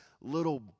little